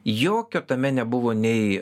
jokio tame nebuvo nei